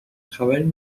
خبری